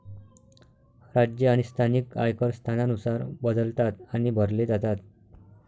राज्य आणि स्थानिक आयकर स्थानानुसार बदलतात आणि भरले जातात